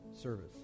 service